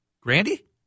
Grandy